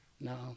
No